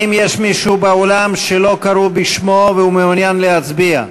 האם יש מישהו באולם שלא קראו בשמו והוא מעוניין להצביע?